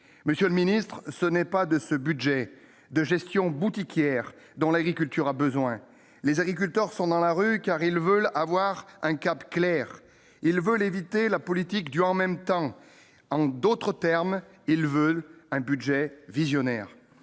monsieur le Ministre, ce n'est pas de ce budget de gestion boutiquière dans l'agriculture a besoin, les agriculteurs sont dans la rue car ils veulent avoir un cap clair : ils veulent éviter la politique du en même temps, en d'autres termes, ils veulent un budget visionnaire,